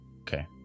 Okay